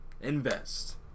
Invest